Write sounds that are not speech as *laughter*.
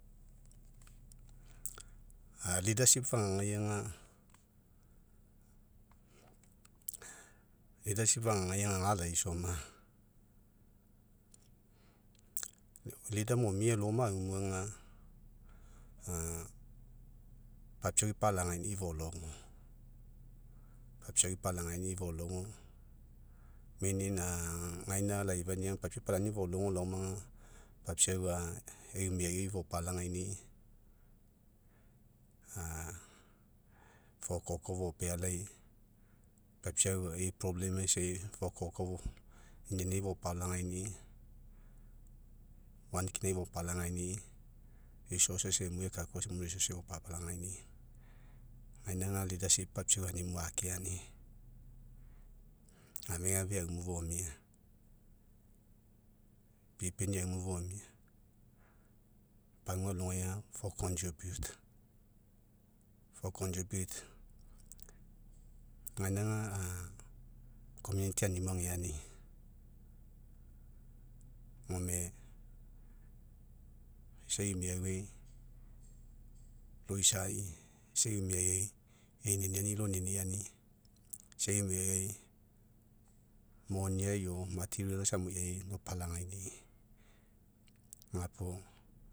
*hesitation* *unintelligible* fagagai aga *unintelligible* fagagai aga, ga laisa oma. *unintelligible* momio loma aumuga, *hesitation* papiau ipalagani'i fologo. Papiau ipalagani'i fologo, *unintelligible* *hesitation* gaina laifania, papiau ipalagaini'i fologo laoma ga, papiau *hesitation* ei miauai fopalagaini'i, a fokoko, fopealai, papiau ei *unintelligible* eisai fokoko, niniani au fopalagaini'i, *unintelligible* kinai fopalagaini'i. *unintelligible* emuai ekae koa, sama *unintelligible* fopala kaini'i. Egaina ba *unintelligible* papiau animu akeani. Gafegafe aumu fomia. pipeni aumu fomia, pagua alogai aga fo *unintelligible* fo *unintelligible* gaina ga, a *unintelligible* animu ageani. Gome, isa ei miauai, loisai, isa ei miauai, ei niniani loniniani, isa ei miauai moniai, o *unintelligible* amuiai lopalagaini'i. Gapuo.